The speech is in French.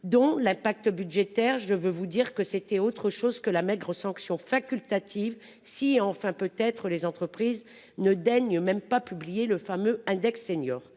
dont l'impact budgétaire. Je veux vous dire que c'était autre chose que la maigre sanctions facultative si enfin peut être les entreprises ne daigne même pas publié le fameux index senior